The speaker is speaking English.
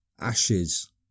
Ashes